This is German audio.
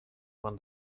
man